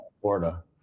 Florida